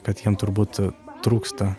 kad jiem turbūt trūksta